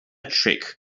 trick